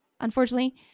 Unfortunately